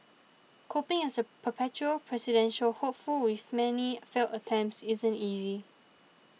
coping as a perpetual presidential hopeful with many failed attempts isn't easy